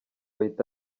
ahita